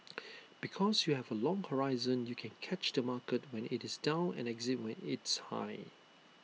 because you have A long horizon you can catch the market when IT is down and exit when it's high